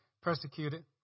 persecuted